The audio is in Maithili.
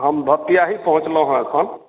हम भपटियाही पहुँचलहुॅं हेँ अखन